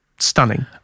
stunning